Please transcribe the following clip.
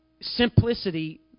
simplicity